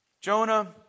Jonah